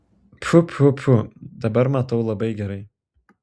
pfu pfu pfu dabar matau labai gerai